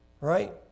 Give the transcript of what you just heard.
Right